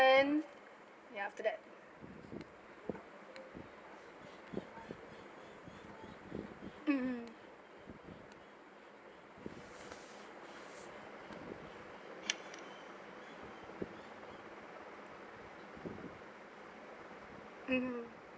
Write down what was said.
ya after that mmhmm mmhmm